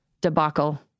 debacle